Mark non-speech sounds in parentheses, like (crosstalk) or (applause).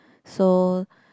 (breath) so